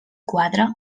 quadra